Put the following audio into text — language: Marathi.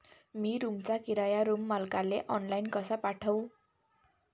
मी रूमचा किराया रूम मालकाले ऑनलाईन कसा पाठवू?